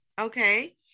Okay